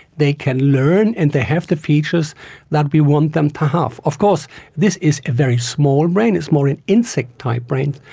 they can learn and they have the features that we want them to have. of course this is a very small brain, it's more an insect type brain.